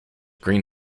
green